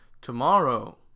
Tomorrow